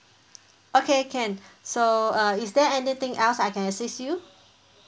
okay can so uh is there anything else I can assist you